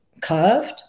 curved